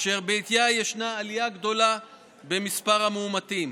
אשר בעטייה ישנה עלייה גדולה במספר המאומתים.